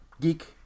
geek